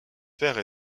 père